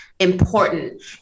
important